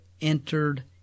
entered